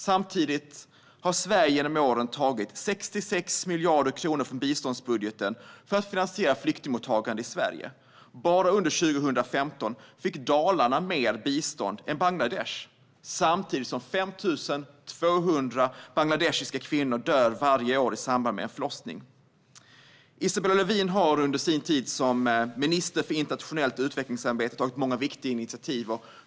Samtidigt har Sverige genom åren tagit 66 miljarder kronor från biståndsbudgeten för att finansiera flyktingmottagande i Sverige. Bara under 2015 fick Dalarna mer bistånd än Bangladesh samtidigt som 5 200 bangladeshiska kvinnor dör varje år i samband med en förlossning. Isabella Lövin har under sin tid som minister för internationellt utvecklingssamarbete tagit många viktiga initiativ.